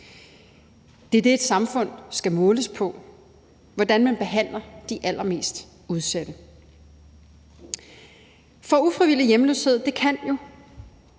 Det er det, et samfund skal måles på: Hvordan man behandler de allermest udsatte. For ufrivillig hjemløshed kan jo